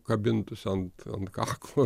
kabintųsi ant kaklo